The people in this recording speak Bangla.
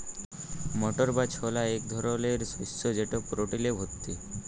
মটর বা ছলা ইক ধরলের শস্য যেট প্রটিলে ভত্তি